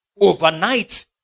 overnight